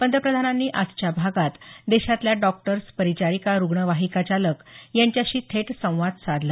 पंतप्रधानांनी आजच्या भागात देशातल्या डॉक्टर्स परिचारिका रुग्णवाहिका चालक यांच्याशी थेट संवाद साधला